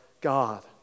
God